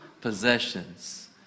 possessions